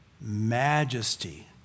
majesty